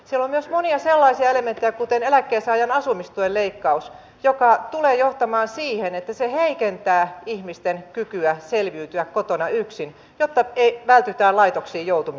siellä on myös monia sellaisia elementtejä kuten eläkkeensaajan asumistuen leikkaus jotka tulevat johtamaan siihen että ihmisten kyky selviytyä kotona yksin jotta vältytään laitoksiin joutumiselta heikkenee